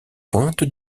pointe